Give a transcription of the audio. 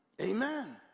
Amen